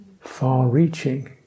far-reaching